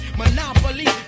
monopoly